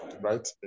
Right